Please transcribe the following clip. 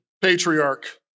patriarch